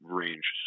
range